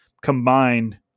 combined